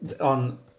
on